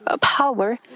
power